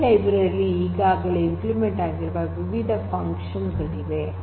ಈ ಲೈಬ್ರರಿ ಯಲ್ಲಿ ಈಗಾಗಲೇ ಇಂಪ್ಲಿಮೆಂಟ್ ಆಗಿರುವ ವಿವಿಧ ಫನ್ಕ್ಷನ್ ಗಳಿವೆ